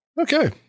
Okay